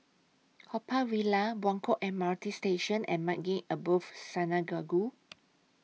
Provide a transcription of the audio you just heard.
Haw Par Villa Buangkok M R T Station and Maghain Aboth Synagogue